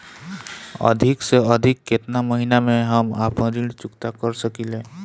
अधिक से अधिक केतना महीना में हम आपन ऋण चुकता कर सकी ले?